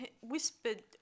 whispered